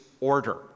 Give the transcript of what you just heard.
order